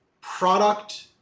product